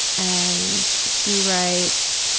and she writes,